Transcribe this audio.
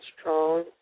strong